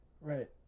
Right